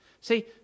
See